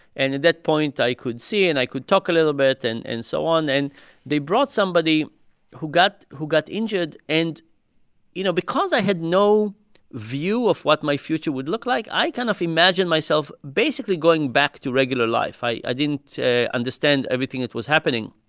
and at that point, i could see. and i could talk a little bit and and so on. and they brought somebody who got who got injured. and you know, because i had no view of what my future would look like, i kind of imagined myself basically going back to regular life. i i didn't understand everything that was happening.